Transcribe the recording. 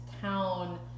town